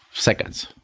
seconds,